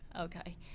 Okay